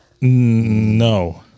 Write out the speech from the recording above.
no